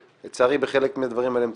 לצערי, בזה הם צדקו.